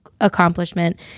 accomplishment